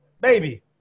baby